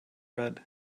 red